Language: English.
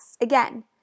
Again